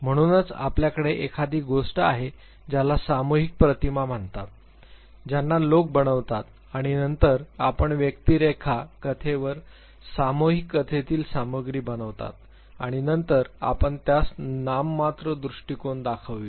म्हणूनच आपल्याकडे एखादी गोष्ट आहे ज्याला आपण सामूहिक प्रतिमा म्हणतात ज्यांना लोक बनवतात आणि नंतर आपण व्यक्तिरेखा कथेवर सामुहिक कथेतील सामग्री बनवतात आणि नंतर आपण त्यास नाममात्र दृष्टिकोन दाखविता